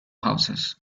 houses